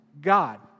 God